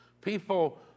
people